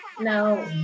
no